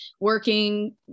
working